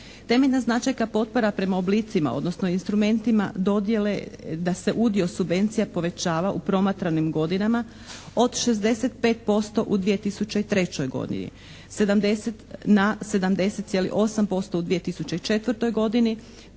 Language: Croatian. Temeljna značajka potpora prema oblicima odnosno instrumentima dodjele da se udio subvencija povećava u promatranim godinama od 65% u 2003. godini na 70,8% u 2004. godini